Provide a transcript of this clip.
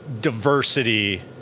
diversity